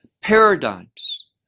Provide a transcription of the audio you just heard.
paradigms